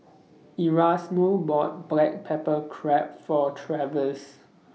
Erasmo bought Black Pepper Crab For Travis